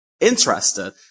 interested